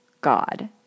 God